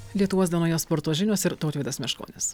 lietuvos dienoje sporto žinios ir tautvydas meškonis